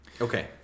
Okay